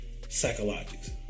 Psychologics